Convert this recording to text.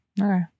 Okay